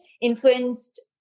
influenced